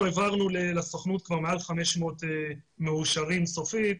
אנחנו העברנו לסוכנות כבר מעל 500 מאושרים סופית,